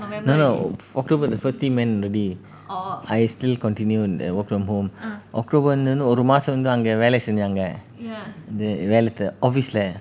no no october the first team went already I still continue the work from home October வந்து ஒரு மாசம் வந்து அங்க வேலை செஞ்சாங்க:october vanthu oru maasam vanthu anga velai senjaanga office leh